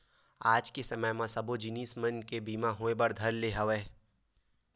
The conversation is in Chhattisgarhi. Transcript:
आज के बेरा म सब्बो जिनिस मन के बीमा होय बर धर ले हवय